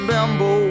Bimbo